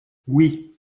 oui